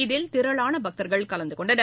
இதில் திரளான பக்தர்கள் கலந்து கொண்டனர்